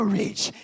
reach